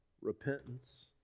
repentance